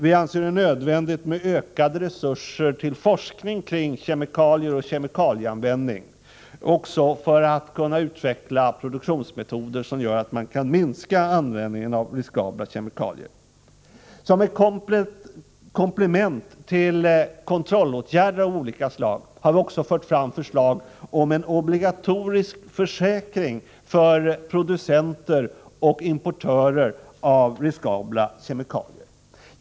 Vi anser det också nödvändigt med ökade resurser till forskning om kemikalier och kemikalieanvändning, även för att man skall kunna utveckla produktionsmetoder som gör att man kan minska användningen av riskabla kemikalier. Som ett komplement till kontrollåtgärder av olika slag har vi också fört fram förslag om en obligatorisk försäkring för producenter och importörer av riskabla kemikalier.